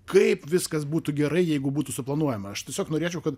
kaip viskas būtų gerai jeigu būtų suplanuojama aš tiesiog norėčiau kad